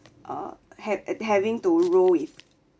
uh had having to row with